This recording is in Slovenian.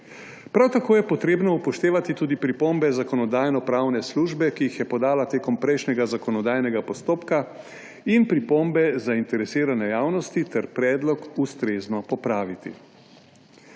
Prav tako je treba upoštevati tudi pripombe Zakonodajno-pravne službe, ki jih je podala tekom prejšnjega zakonodajnega postopka in pripombe zainteresirane javnosti ter predlog ustrezno popraviti.